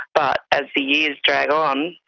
but as the years drag on,